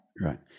Right